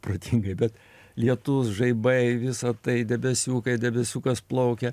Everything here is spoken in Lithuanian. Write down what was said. protingai bet lietus žaibai visa tai debesiukai debesiukas plaukia